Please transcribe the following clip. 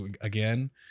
again